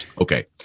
Okay